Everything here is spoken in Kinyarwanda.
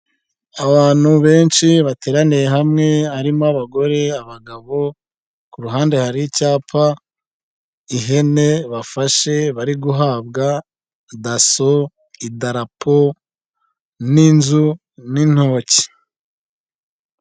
Abantu benshi bateraniye hamwe harimo abagore, abagabo, ku ruhande hari icyapa, ihene bafashe bari guhabwa, daso, idarapo, n'inzu n'intoki.